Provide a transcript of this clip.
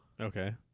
Okay